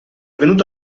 venuto